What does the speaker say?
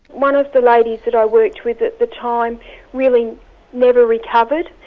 one of the ladies that i worked with at the time really never recovered.